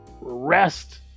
rest